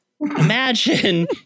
imagine